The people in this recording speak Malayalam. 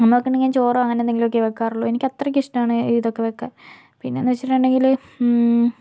അമ്മ വയ്ക്കുന്നുണ്ടെങ്കിൽ ഞാൻ ചോറോ അങ്ങനെ എന്തെങ്കിലും ഒക്കെ വയ്ക്കാറുള്ളൂ എനിക്ക് അത്രയ്ക്ക് ഇഷ്ടമാണ് ഇതൊക്കെ വയ്ക്കാൻ പിന്നെയെന്ന് വെച്ചിട്ടുണ്ടെങ്കില്